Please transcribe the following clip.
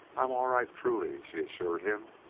i am all right, truly, she assured him.